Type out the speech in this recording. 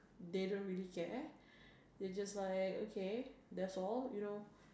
they don't really care they just like okay that's all you know